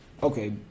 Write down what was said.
okay